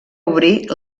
obrir